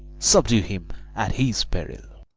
subdue him at his peril.